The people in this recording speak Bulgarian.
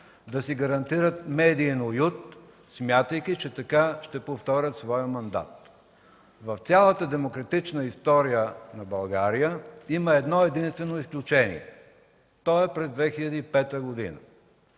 да си гарантират медиен уют, смятайки, че така ще повторят своя мандат. В цялата демократична история на България има едно единствено изключение. То е през 2005 г.